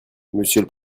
monsieur